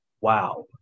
Wow